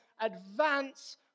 advance